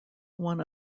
one